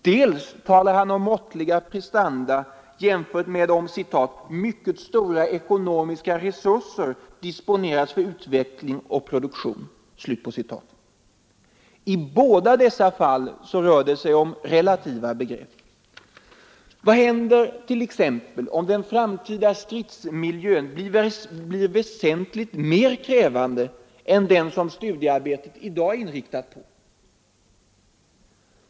Dels talar han om måttliga prestanda jämfört med om ”mycket stora ekonomiska resurser disponeras för utveckling och produktion”. I båda fallen rör det sig om relativa begrepp. Vad händer t.ex. om den framtida stridsmiljön blir väsentligt mer krävande än den som studiearbetet i dag är inriktat på?